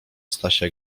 stasia